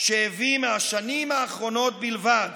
שהביא מהשנים האחרונות בלבד.